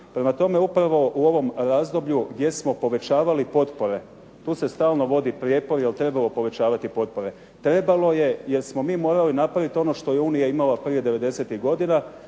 Prema tome, upravo u ovom razdoblju gdje smo povećavali potpore tu se stalno vodi prijepor jel trebalo povećavati potpore. Trebalo je jer smo mi morali napraviti ono što je Unija imala prije '90.-tih godina,